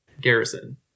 garrison